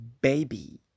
baby